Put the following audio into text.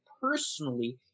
personally